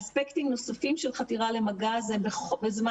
אספקטים נוספים של חתירה למגע זה בזמן